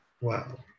Wow